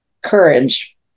courage